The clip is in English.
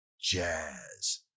Jazz